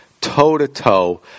toe-to-toe